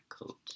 coat